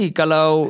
kalau